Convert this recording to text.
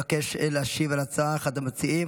מבקש להשיב על ההצעה אחד המציעים,